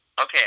Okay